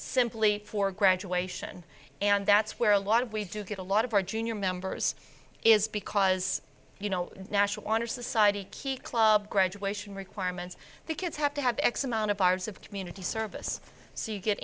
simply for graduation and that's where a lot of we do get a lot of our junior members is because you know national honor society key club graduation requirements the kids have to have x amount of hours of community service so you get